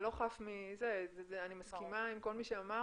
זה לא חף מ- - -אני מסכימה עם כל מי שאמר,